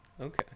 Okay